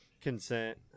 consent